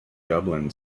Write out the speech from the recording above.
dublin